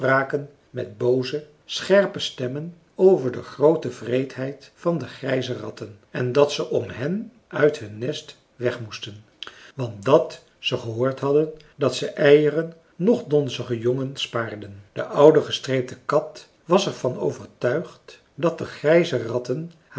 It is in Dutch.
met booze scherpe stemmen over de groote wreedheid van de grijze ratten en dat ze om hen uit hun nest weg moesten want dat ze gehoord hadden dat ze eieren noch donzige jongen spaarden de oude gestreepte kat was er van overtuigd dat de grijze ratten